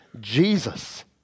Jesus